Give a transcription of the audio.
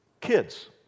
Kids